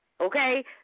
Okay